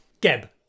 Geb